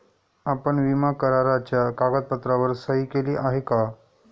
आपण विमा कराराच्या कागदपत्रांवर सही केली आहे का?